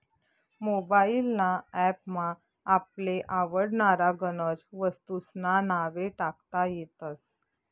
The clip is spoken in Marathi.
मोबाइल ना ॲप मा आपले आवडनारा गनज वस्तूंस्ना नावे टाकता येतस